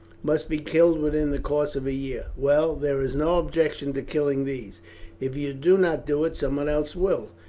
must be killed within the course of a year. well, there is no objection to killing these if you do not do it, someone else will.